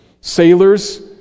Sailors